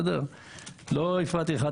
לא הפרעתי לך,